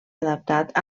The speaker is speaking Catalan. adaptat